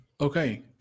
Okay